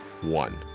One